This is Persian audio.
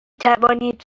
توانید